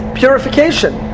purification